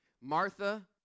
Martha